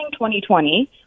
2020